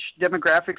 demographics